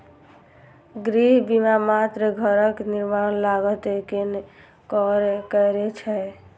गृह बीमा मात्र घरक निर्माण लागत कें कवर करै छै